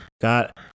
Got